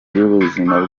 y’ubuzima